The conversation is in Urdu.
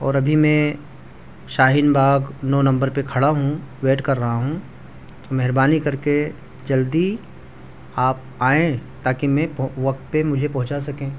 اور ابھی میں شاہین باغ نو نمبر پہ کھڑا ہوں ویٹ کر رہا ہوں مہربانی کر کے جلدی آپ آئیں تاکہ میں وقت پہ مجھے پہنچا سکیں